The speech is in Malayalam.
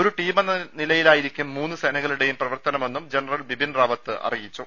ഒരു ടീമെന്ന നിലയിലായിരിക്കും മൂന്ന് സേനകളുടെയും പ്രവർത്ത നമെന്നും ജനറൽ ബിപിൻ റാവത്ത് അറിയിച്ചു